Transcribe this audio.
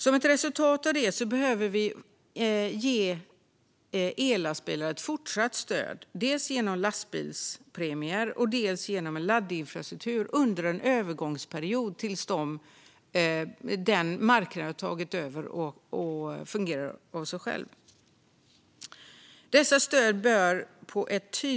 Som ett resultat av detta behöver vi ge ellastbilar fortsatt stöd, dels genom lastbilspremier, dels genom laddinfrastruktur, under en övergångsperiod tills marknaden har tagit över och fungerar av sig själv.